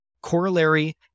Corollary